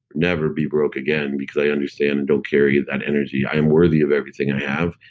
never be broke again, because i understand and don't carry that energy. i am worthy of everything i have,